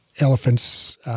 Elephant's